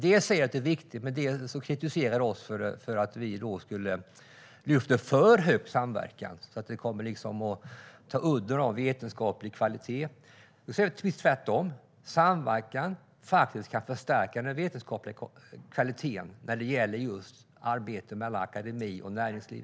Dels säger han att det är viktigt; dels kritiserar han oss för att vi liksom lyfter samverkan för högt och att det kommer att ta udden av den vetenskapliga kvaliteten. Vi säger precis tvärtom: Samverkan kan förstärka den vetenskapliga kvaliteten när det gäller just arbete mellan akademi och näringsliv.